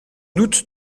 doute